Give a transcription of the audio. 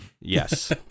Yes